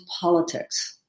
politics